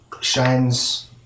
shines